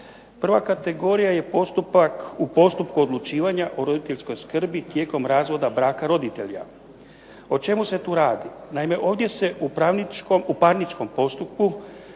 Prva kategorija je postupak, u postupku odlučivanja o roditeljskoj skrbi tijekom razvoda braka roditelja. O čemu se tu radi? Naime, ovdje se u parničnom postupku